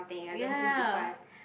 ya